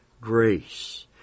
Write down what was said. grace